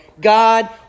God